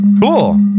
Cool